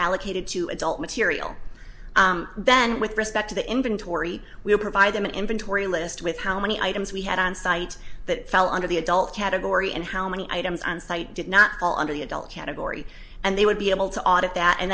allocated to adult material then with respect to the inventory we would provide them an inventory list with how many items we had on site that fell under the adult category and how many items on site did not fall under the adult category and they would be able to audit that and